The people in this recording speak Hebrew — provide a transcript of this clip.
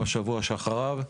בשבוע שאחריו.